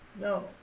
No